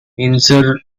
insurmountable